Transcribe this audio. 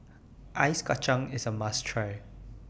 Ice Kacang IS A must Try